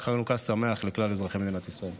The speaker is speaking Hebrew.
חג חנוכה שמח לכלל אזרחי מדינת ישראל.